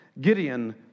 Gideon